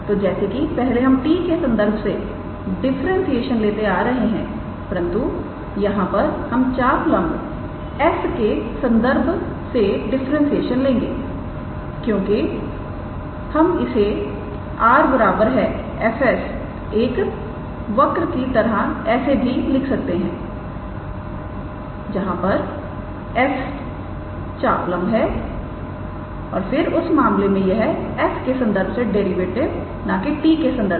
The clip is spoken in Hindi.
तोजैसे कि पहले हम t के संदर्भ से डिफरेंशिएशन लेते आ रहे हैं परंतु यहां पर हम चापलंब s के संदर्भ से डिफरेंशिएशन लेंगे क्योंकि हम इसे 𝑟⃗ 𝑓⃗𝑠 एक वक्र की तरह ऐसे भी लिख सकते हैं जहां पर s चापलंब है और फिर उस मामले में यह s के संदर्भ से डेरिवेटिव है ना कि t के संदर्भ से